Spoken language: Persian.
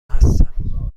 هستم